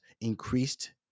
increased